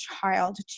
child